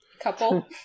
couple